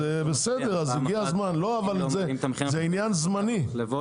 זה הרי עניין זמני.